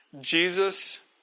Jesus